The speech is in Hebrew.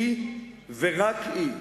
היא ורק היא,